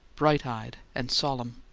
bright-eyed and solemn.